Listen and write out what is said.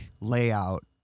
layout